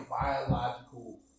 biological